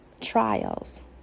trials